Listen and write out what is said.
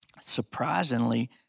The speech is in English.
surprisingly